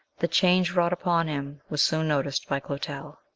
the change wrought upon him was soon noticed by clotel.